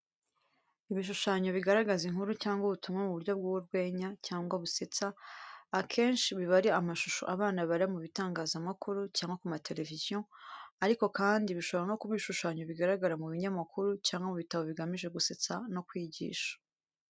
Ibishushanyo bigaragaza inkuru cyangwa ubutumwa mu buryo bw'urwenya cyangwa busetsa. Akenshi biba ari amashusho abana bareba mu bitangazamakuru cyangwa ku ma tereviziyo, ariko kandi bishobora no kuba ibishushanyo bigaragara mu binyamakuru cyangwa mu bitabo bigamije gusetsa no kwigisha.